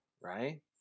right